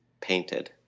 painted